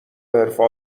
حرفه